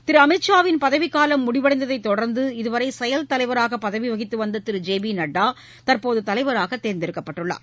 திரு அமித்ஷா வின் பதவிக்காலம் முடிவடைந்ததைத் தொடர்ந்து இதுவரை செயல்தலைவராக பதவி வகித்து வந்த திரு ஜெ பி நட்டா தற்போது தலைவராக தேர்ந்தெடுக்கப்பட்டுள்ளார்